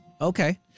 Okay